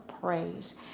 praise